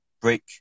Break